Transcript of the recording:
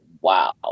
wow